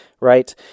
right